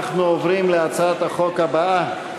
אנחנו עוברים להצעת החוק הבאה: